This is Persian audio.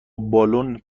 بالن